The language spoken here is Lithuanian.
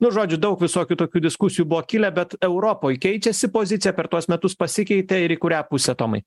nuo žodžių daug visokių tokių diskusijų buvo kilę bet europoj keičiasi pozicija per tuos metus pasikeitė ir į kurią pusę tomai